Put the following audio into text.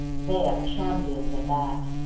they are champions at that.